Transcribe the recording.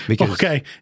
Okay